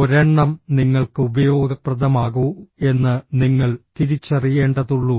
ഒരെണ്ണം നിങ്ങൾക്ക് ഉപയോഗപ്രദമാകൂ എന്ന് നിങ്ങൾ തിരിച്ചറിയേണ്ടതുള്ളൂ